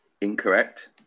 Incorrect